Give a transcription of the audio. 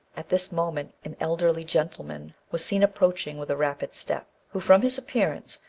at this moment, an elderly gentleman was seen approaching with a rapid step, who, from his appearance,